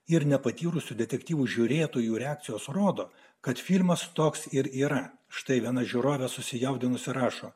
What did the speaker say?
ir nepatyrusių detektyvų žiūrėtojų reakcijos rodo kad filmas toks ir yra štai viena žiūrovė susijaudinusi rašo